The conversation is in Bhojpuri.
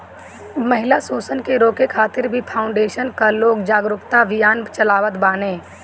महिला शोषण के रोके खातिर भी फाउंडेशन कअ लोग जागरूकता अभियान चलावत बाने